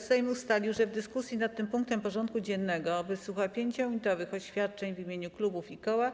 Sejm ustalił, że w dyskusji nad tym punktem porządku dziennego wysłucha 5-minutowych oświadczeń w imieniu klubów i koła.